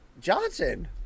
Johnson